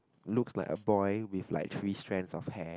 looks like a boy with like three strands of hair